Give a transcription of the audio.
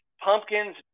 pumpkins